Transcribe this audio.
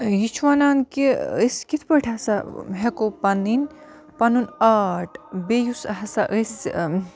یہِ چھُ وَنان کہِ أسۍ کِتھ پٲٹھۍ ہَسا ہٮ۪کو پَنٕنۍ پَنُن آٹ بیٚیہِ یُس ہَسا أسۍ